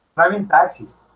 driving taxis